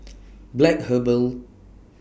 Black Herbal